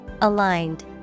Aligned